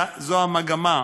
זו המגמה.